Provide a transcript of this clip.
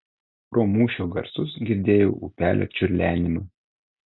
pro mūšio garsus girdėjau upelio čiurlenimą